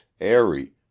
airy